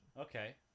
Okay